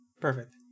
Perfect